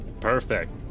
Perfect